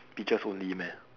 peaches only meh